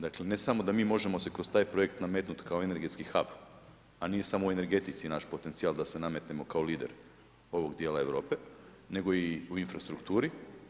Dakle, ne samo da mi možemo se kroz taj projekt nametnuti kao energetski … a nije samo u energetici naš potencijal da se nametnemo kao lider ovog dijela Europe, nego i u infrastrukturi.